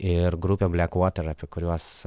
ir grupė black water apie kuriuos